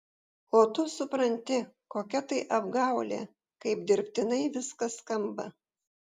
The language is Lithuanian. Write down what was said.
o tu supranti kokia tai apgaulė kaip dirbtinai viskas skamba